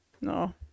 no